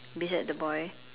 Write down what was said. beside the boy